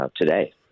today